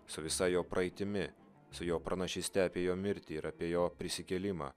su visa jo praeitimi su jo pranašyste apie jo mirtį ir apie jo prisikėlimą